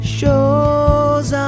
Shows